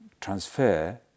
transfer